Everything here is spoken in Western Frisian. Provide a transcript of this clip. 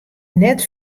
net